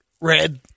red